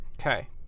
Okay